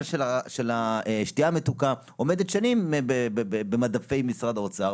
של השתייה המתוקה עומדת שנים במדפי משרד האוצר,